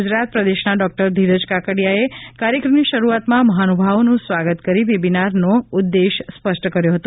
ગુજરાત પ્રદેશના ડૉકટર ધીરજ કાકડીયાએ કાર્યક્રમની શરૂઆતમાં મહાનુભાવનોનું સ્વાગત કરી વેબીનારનો ઉદ્દેશ સ્પષ્ટ કર્યો હતો